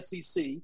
SEC